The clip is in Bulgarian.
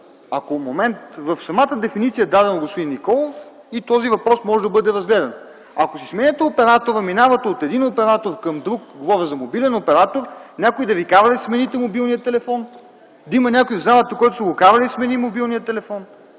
Николов.) В самата дефиниция е дадено, господин Николов, и този въпрос може да бъде разгледан. Ако си сменяте оператора – минавате от един оператор към друг, говоря за мобилен оператор, някой да Ви кара да си смените мобилния телефон? Да има някой в залата, който са го карали да смени мобилния телефон?